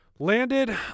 Landed